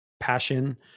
passion